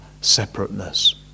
separateness